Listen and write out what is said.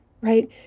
right